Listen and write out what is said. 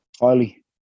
highly